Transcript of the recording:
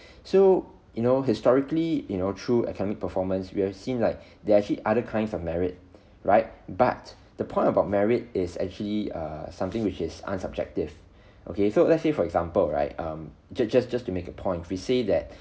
so you know historically you know true academic performance we have seen like they are actually other kinds of merit right but the point about merit is actually err something which is unsubjective okay so let's say for example right um ju~ just just to make a point if we say that